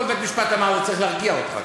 קודם כול, בית-משפט אמר, וזה צריך להרגיע אותך.